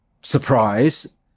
surprise